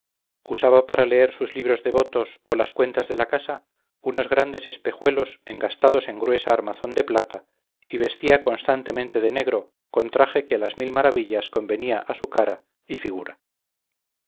usaba para leer sus libros devotos o las cuentas de la casa unos grandes espejuelos engastados en gruesa armazón de plata y vestía constantemente de negro con traje que a las mil maravillas convenía a su cara y figura